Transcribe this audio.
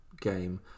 game